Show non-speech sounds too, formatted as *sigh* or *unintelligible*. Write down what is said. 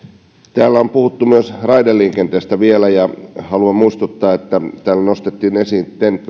täällä on puhuttu myös raideliikenteestä ja haluan muistuttaa täällä nostettiin esiin ten t *unintelligible*